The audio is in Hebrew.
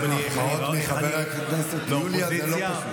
האמת שלקבל מחמאות מחברת הכנסת יוליה זה לא פשוט.